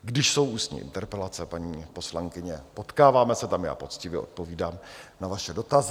Když jsou ústní interpelace, paní poslankyně, potkáváme se tam, já poctivě odpovídám na vaše dotazy.